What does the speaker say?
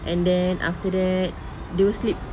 and then after that they will sleep